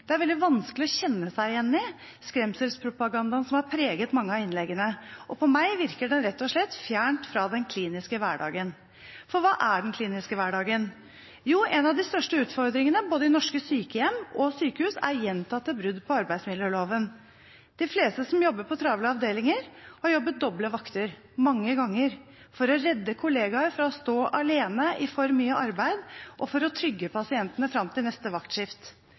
Det er veldig vanskelig å kjenne seg igjen i skremselspropagandaen som har preget mange av innleggene, og på meg virker den rett og slett fjernt fra den kliniske hverdagen. For hva er den kliniske hverdagen? Jo, en av de største utfordringene i både norske sykehjem og norske sykehus er gjentatte brudd på arbeidsmiljøloven. De fleste som jobber på travle avdelinger, har jobbet doble vakter – mange ganger – for å redde kollegaer fra å stå alene i for mye arbeid, og for å trygge pasientene fram til neste vaktskift.